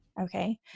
Okay